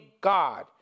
God